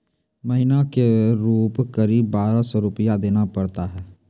महीना के रूप क़रीब बारह सौ रु देना पड़ता है?